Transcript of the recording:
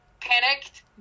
panicked